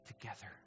together